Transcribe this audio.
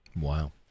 Wow